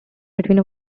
between